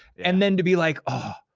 and then to be like, oh,